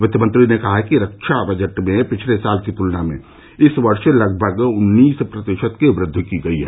वित्तमंत्री ने कहा कि रक्षा बजट में पिछले साल की तुलना में इस वर्ष लगभग उन्नीस प्रतिशत की वृद्वि की गई है